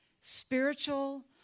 spiritual